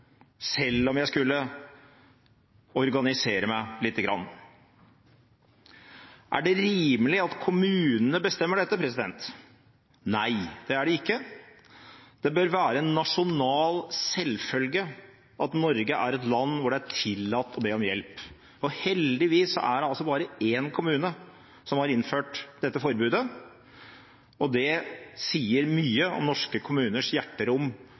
selv om jeg skulle organisere meg litt. Er det rimelig at kommunene bestemmer dette? Nei, det er det ikke. Det bør være en nasjonal selvfølge at Norge er et land hvor det er tillatt å be om hjelp. Heldigvis er det bare én kommune som har innført dette forbudet. Det sier mye om norske kommuners hjerterom